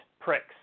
pricks